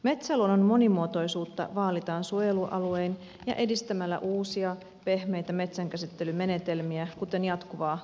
metsäluonnon monimuotoisuutta vaalitaan suojelualuein ja edistämällä uusia pehmeitä metsänkäsittelymenetelmiä kuten jatkuvaa kasvatusta